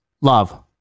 love